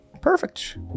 Perfect